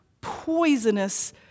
poisonous